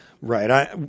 Right